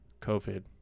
covid